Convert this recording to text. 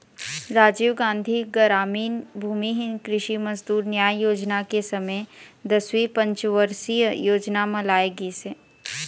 राजीव गांधी गरामीन भूमिहीन कृषि मजदूर न्याय योजना के समे दसवीं पंचवरसीय योजना म लाए गिस हे